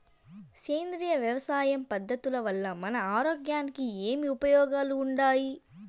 సేంద్రియ వ్యవసాయం పద్ధతుల వల్ల మన ఆరోగ్యానికి ఏమి ఉపయోగాలు వుండాయి?